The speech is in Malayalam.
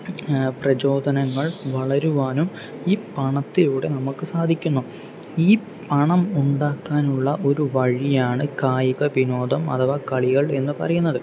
പ്രചോദനങ്ങൾ വളരുവാനും ഈ പണത്തിലൂടെ നമുക്ക് സാധിക്കുന്നു ഈ പണം ഉണ്ടാക്കാനുള്ള ഒരു വഴിയാണ് കായിക വിനോദം അഥവാ കളികൾ എന്ന് പറയുന്നത്